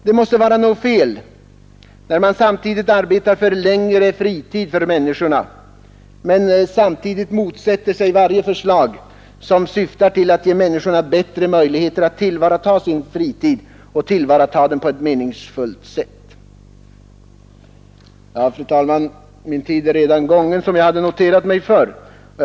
Det måste vara något fel, när man arbetar för längre fritid åt människorna men samtidigt motsätter sig varje förslag som syftar till att ge människorna bättre möjligheter att tillvarata sin fritid på ett meningsfullt sätt. Fru talman! Den tid som jag hade noterat mig för är redan gången.